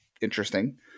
interesting